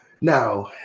Now